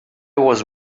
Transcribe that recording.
was